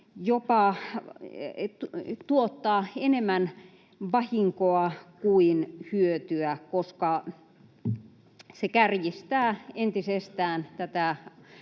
jopa tuottaa enemmän vahinkoa kuin hyötyä, koska se kärjistää entisestään